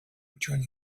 return